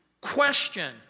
Question